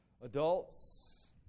Adults